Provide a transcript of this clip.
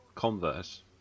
Converse